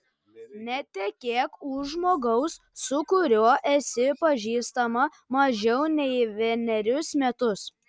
netekėk už žmogaus su kuriuo esi pažįstama mažiau nei vienerius metus